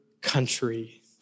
country